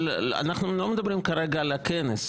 אבל אנחנו לא מדברים כרגע על הכנס.